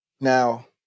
Now